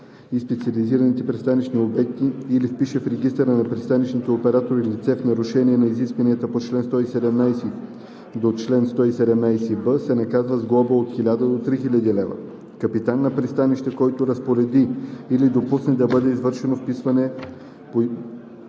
и специализираните пристанищни обекти или впише в регистъра на пристанищните оператори лице в нарушение на изискванията на чл. 117 – 117б, се наказва с глоба от 1000 до 3000 лв. Капитан на пристанище, който разпореди или допусне да бъде извършено вписване по